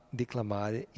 declamare